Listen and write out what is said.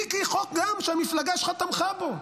מיקי, חוק שהמפלגה שלך תמכה בו,